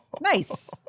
nice